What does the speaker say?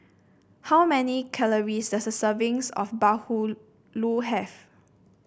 how many calories does a servings of bahulu have